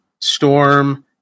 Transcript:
Storm